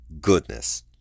goodness